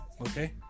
okay